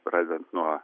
pradedant nuo